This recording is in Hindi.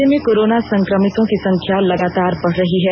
राज्य में कोरोना संक्रमितों की संख्या लगातार बढ़ रही है